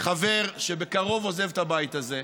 חבר שבקרוב עוזב את הבית הזה.